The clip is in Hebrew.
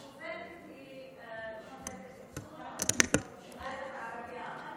השופטת היא שופטת, ערבייה.